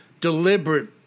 deliberate